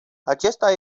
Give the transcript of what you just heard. acesta